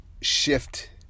shift